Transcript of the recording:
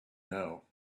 know